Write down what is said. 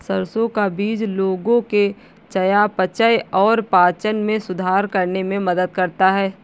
सरसों का बीज लोगों के चयापचय और पाचन में सुधार करने में मदद करता है